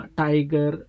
tiger